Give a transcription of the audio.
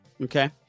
okay